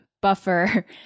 buffer